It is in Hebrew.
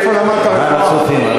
איפה למדת רפואה?